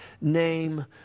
name